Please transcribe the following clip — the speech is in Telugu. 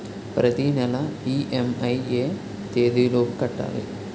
ప్రతినెల ఇ.ఎం.ఐ ఎ తేదీ లోపు కట్టాలి?